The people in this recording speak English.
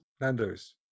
Nando's